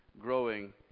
growing